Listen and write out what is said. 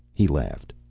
he laughed.